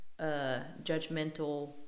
judgmental